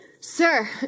Sir